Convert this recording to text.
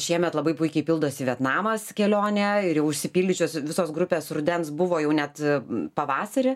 šiemet labai puikiai pildosi vietnamas kelionė ir jau užsipildžiusios visos grupės rudens buvo jau net pavasarį